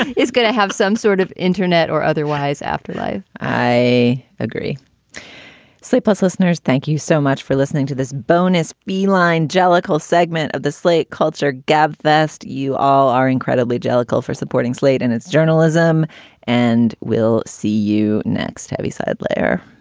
is going to have some sort of internet or otherwise afterlife. i agree sleepless listeners, thank you so much for listening to this bonus. jellicoe segment of the slate culture gabfest. you all are incredibly jellicoe for supporting slate and its journalism and will see you next heavy side layer